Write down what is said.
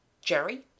Jerry